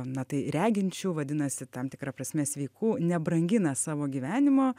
na tai reginčių vadinasi tam tikra prasme sveikų nebrangina savo gyvenimo